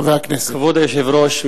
כבוד היושב-ראש,